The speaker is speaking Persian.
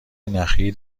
نخی